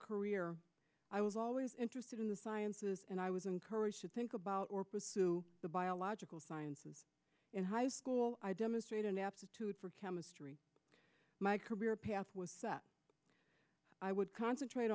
career i was always interested in the sciences and i was encouraged to think about or pursue the biological sciences in high school i demonstrate an aptitude for chemistry my career path was that i would concentrate